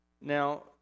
Now